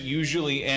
usually